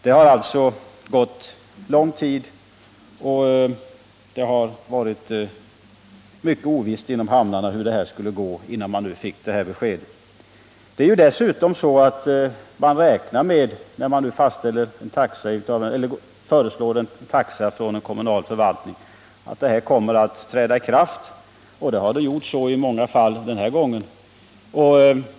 Det har alltså gått lång tid, och det har rått stor ovisshet inom hamnarna innan de fick detta besked. En kommunal förvaltning som föreslår en taxeändring räknar också med att den skall komma att träda i kraft, och man har också i många fall kalkylerat med detta.